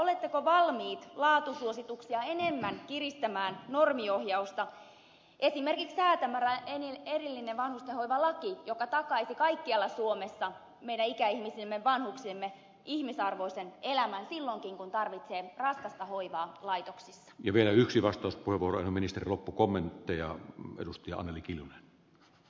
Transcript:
oletteko valmiit laatusuosituksia enemmän kiristämään normiohjausta esimerkiksi säätämällä erillisen vanhustenhoivalain joka takaisi kaikkialla suomessa meidän ikäihmisillemme vanhuksillemme ihmisarvoisen elämän silloinkin kun tarvitsee raskasta hoivaa laitoksissa kive yksi vastaus kuivuri minister loppukommentteja edustajaa henkilölle